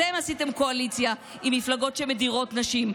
אתם עשיתם קואליציה עם מפלגות שמדירות נשים,